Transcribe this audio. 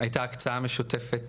הייתה הקצאה משותפת